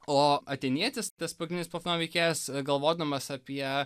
o atėnietis tas pagrindinis platono veikėjas galvodamas apie